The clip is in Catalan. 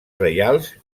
reials